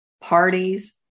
parties